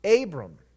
Abram